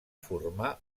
formar